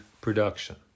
production